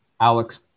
Alex